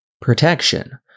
protection